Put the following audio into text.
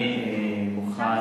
אני מוכן,